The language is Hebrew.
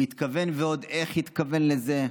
הוא התכוון, ועוד איך התכוון לזה.